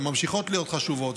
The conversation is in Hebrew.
וממשיכות להיות חשובות,